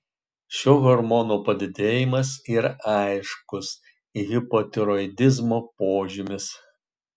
šio hormono padidėjimas yra aiškus hipotiroidizmo požymis